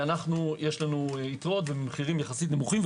יש לנו יתרות ומחירים יחסית נמוכים.